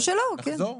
ונחזור.